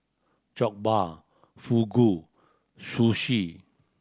Jokbal Fugu Sushi